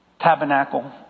tabernacle